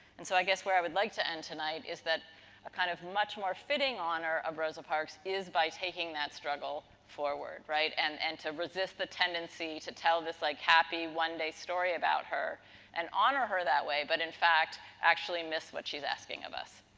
and, so i guess where i would like to end tonight is that kind of much more fitting honor of rosa parks is by taking that struggle forward, right, and to resist the tendency to tell this like happy one day story about her and honor her that way, but in fact actually miss what she's asking of us.